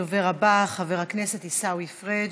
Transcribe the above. הדובר הבא, חבר הכנסת עיסאווי פריג'.